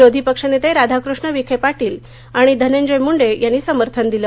विरोधीपक्षनेते राधाकृष्ण विखे पाटील आणि धनंजय मुंडे यांनी समर्थन दिलं